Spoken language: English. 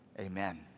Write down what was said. Amen